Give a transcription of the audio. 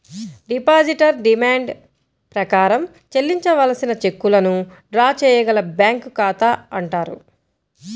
depositor demand ప్రకారం చెల్లించవలసిన చెక్కులను డ్రా చేయగల బ్యాంకు ఖాతా అంటారు